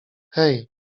hej